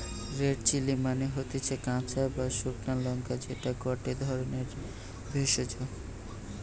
red chilli মানে হতিছে কাঁচা বা শুকলো লঙ্কা যেটা গটে ধরণের ভেষজ